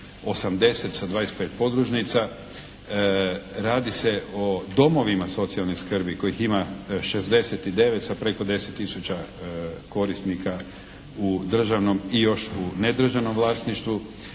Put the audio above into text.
80 sa 25 podružnica. Radi se o domovima socijalne skrbi kojih ima 69 sa preko 10 tisuća korisnika u državnom i još u nedržavnom vlasništvu.